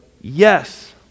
yes